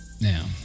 now